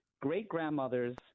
great-grandmother's